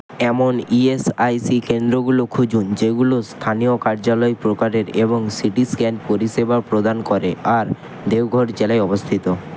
এমন ইএসআইসি কেন্দ্রগুলো খুঁজুন যেগুলো স্থানীয় কার্যালয় প্রকারের এবং সিটি স্ক্যান পরিষেবা প্রদান করে আর দেওঘর জেলায় অবস্থিত